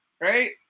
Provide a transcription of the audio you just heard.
right